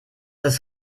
ist